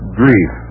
grief